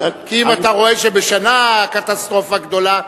כי אם אתה רואה שבשנה יש קטסטרופה גדולה,